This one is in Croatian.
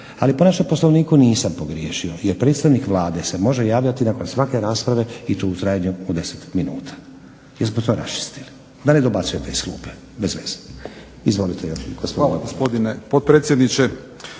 Ali po našem Poslovniku nisam pogriješio jer predstavnik Vlade se može javljati nakon svake rasprave i to u trajanju od 10 minuta. Jesmo to raščistili? Da ne dobacujete iz klupe bezveze. Izvolite gospodine. **Jovanović,